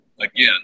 again